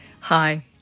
Hi